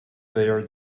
their